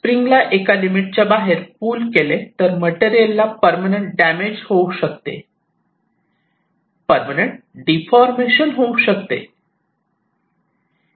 spring ला एका limit च्या बाहेर पुल केले तर मटेरियल ला परमनंट डॅमेज होऊ शकते परमनंट डीन्फॉर्मेशन होऊ शकते